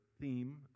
theme